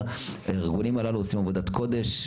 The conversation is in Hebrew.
הארגונים האלה עושים עבודת קודש,